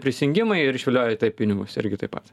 prisijungimai ir išvilioja taip pinigus irgi taip pat